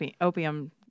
opium